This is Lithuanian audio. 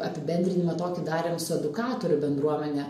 apibendrinimą tokį darėm su edukatorių bendruomene